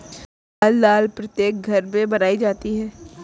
लाल दाल प्रत्येक भारतीय घर में बनाई जाती है